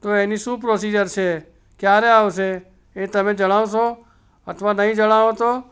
તો એની શું પ્રોસીજર છે ક્યારે આવશે એ તમે જણાવશો અથવા નહીં જણાવો તો